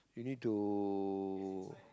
you need to